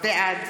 בעד